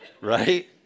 Right